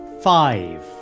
five